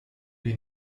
die